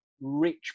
rich